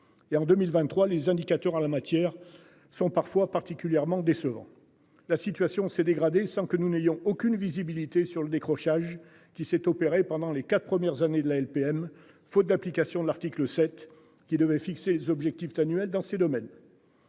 en 2023, les indicateurs en la matière. Sont parfois particulièrement décevant. La situation s'est dégradée. Sans que nous n'ayons aucune visibilité sur le décrochage qui s'est opéré pendant les 4 premières années de la LPM faute d'application de l'article 7 qui devait fixer des objectifs annuels dans ces domaines.